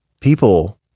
people